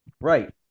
Right